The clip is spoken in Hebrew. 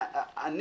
שאני